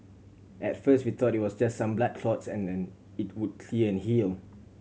at first we thought it was just some blood clots and then it would clear and heal